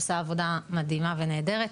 שעושה עבודה מדהימה ונהדרת.